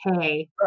hey